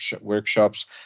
workshops